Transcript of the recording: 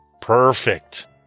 perfect